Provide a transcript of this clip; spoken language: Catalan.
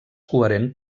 coherent